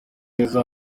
neza